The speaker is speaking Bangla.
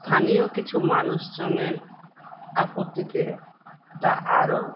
স্থানীয় কিছু মানুষজনের আপত্তিতে তা আরও